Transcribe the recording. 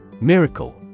Miracle